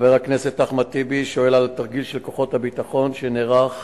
חבר הכנסת אחמד טיבי שואל על תרגיל של כוחות הביטחון שנערך